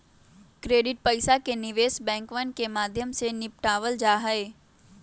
credit पैसा के निवेश बैंकवन के माध्यम से निपटावल जाहई